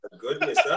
Goodness